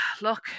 look